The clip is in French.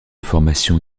formation